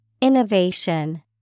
Innovation